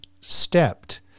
stepped